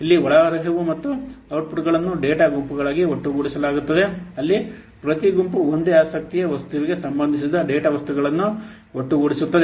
ಇಲ್ಲಿ ಒಳಹರಿವು ಮತ್ತು ಔಟ್ಪುಟ್ಗಳನ್ನು ಡೇಟಾ ಗುಂಪುಗಳಾಗಿ ಒಟ್ಟುಗೂಡಿಸಲಾಗುತ್ತದೆ ಅಲ್ಲಿ ಪ್ರತಿ ಗುಂಪು ಒಂದೇ ಆಸಕ್ತಿಯ ವಸ್ತುವಿಗೆ ಸಂಬಂಧಿಸಿದ ಡೇಟಾ ವಸ್ತುಗಳನ್ನು ಒಟ್ಟುಗೂಡಿಸುತ್ತದೆ